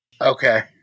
Okay